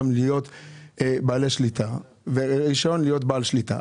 להיות בעלי שליטה ולקבל רישיון להיות בעל שליטה.